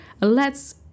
lets